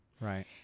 Right